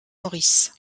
maurice